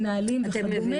מנהלים וכדומה.